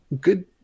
good